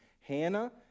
Hannah